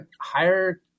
higher